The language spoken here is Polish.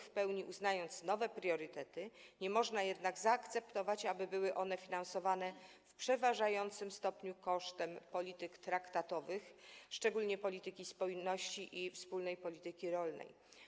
W pełni uznając nowe priorytety, nie można zaakceptować tego, aby były one finansowane w przeważającym stopniu kosztem polityk traktatowych, szczególnie polityki spójności i wspólnej polityki rolnej.